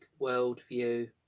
worldview